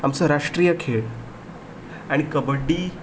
आमचो राष्ट्रीय खेळ आनी कबड्डी